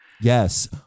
Yes